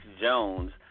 Jones